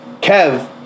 Kev